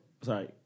sorry